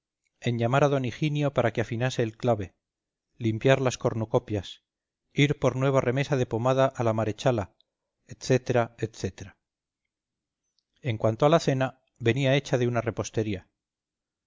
en llamar a d higinio para que afinase el clave limpiar las cornucopias ir por nueva remesa de pomada a la marechala etc etcétera en cuanto a la cena venía hecha de una repostería